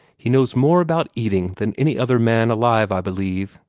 he knows more about eating than any other man alive, i believe.